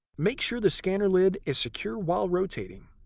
make sure the scanner lid is secure while rotating.